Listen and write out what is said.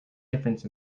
difference